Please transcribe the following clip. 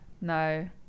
no